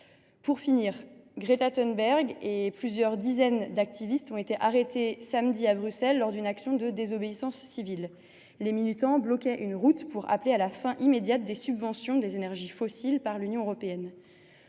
Pour finir, Greta Thunberg et plusieurs dizaines d’activistes ont été arrêtés samedi dernier à Bruxelles lors d’une action de désobéissance civile. Les militants bloquaient une route pour appeler à la fin immédiate des subventions apportées aux énergies fossiles par l’UE. Selon